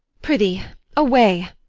prithee away!